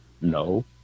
No